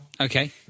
Okay